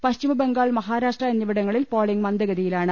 പശ്ചിമബംഗാൾ മഹാരാഷ്ട്ര എന്നിവിടങ്ങളിൽ പോളിംഗ് മന്ദഗതിയിലാണ്